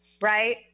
right